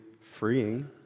freeing